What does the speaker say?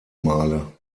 male